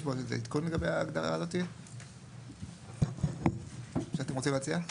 יש פה איזה עדכון לגבי ההגדרה הזאת שאתם רוצים להציע?